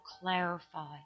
clarify